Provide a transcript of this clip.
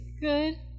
good